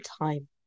time